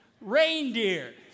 Reindeer